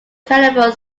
telephone